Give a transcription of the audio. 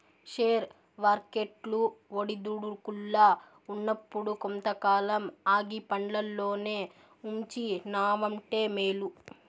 share వర్కెట్లు ఒడిదుడుకుల్ల ఉన్నప్పుడు కొంతకాలం ఆగి పండ్లల్లోనే ఉంచినావంటే మేలు